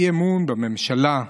אי-אמון בממשלה.